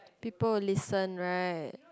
people who listen right